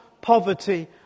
poverty